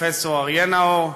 והפרופסור אריה נאור,